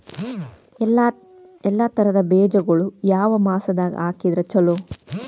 ಎಲ್ಲಾ ತರದ ಬೇಜಗೊಳು ಯಾವ ಮಾಸದಾಗ್ ಹಾಕಿದ್ರ ಛಲೋ?